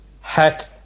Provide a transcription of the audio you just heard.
hack